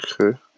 okay